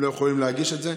הן לא יכולות להגיש את זה,